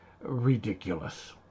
ridiculous